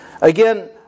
Again